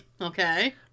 okay